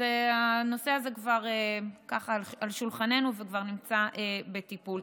הנושא הזה כבר על שולחננו וכבר נמצא בטיפול.